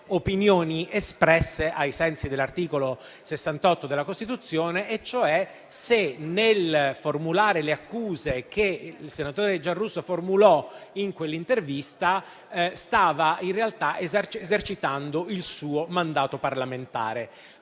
opinioni espresse ai sensi dell'articolo 68 della Costituzione, cioè se nel formulare le accuse che il senatore di Giarrusso formulò in quell'intervista stesse in realtà esercitando il suo mandato parlamentare.